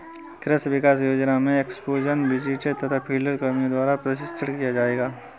कृषि विकास योजना में एक्स्पोज़र विजिट तथा फील्ड कर्मियों द्वारा प्रशिक्षण किया जाएगा